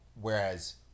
whereas